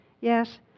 yes